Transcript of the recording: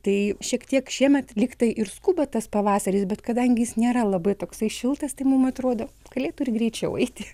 tai šiek tiek šiemet lyg tai ir skuba tas pavasaris bet kadangi jis nėra labai toksai šiltas tai mum atrodo galėtų ir greičiau eiti